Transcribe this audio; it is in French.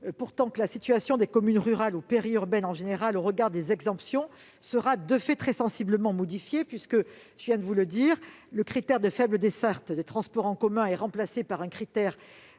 pourtant que la situation des communes rurales ou périurbaines au regard des exemptions sera très sensiblement modifiée, puisque le critère de faible desserte en transports en commun est remplacé par un critère